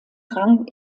rang